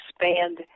expand